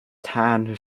tan